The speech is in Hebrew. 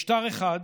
משטר אחד,